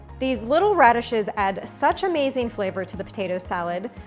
these little radishes add such amazing flavor to the potato salad,